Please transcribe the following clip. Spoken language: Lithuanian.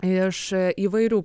iš įvairių